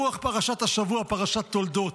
ברוח פרשת השבוע, פרשת תולדות.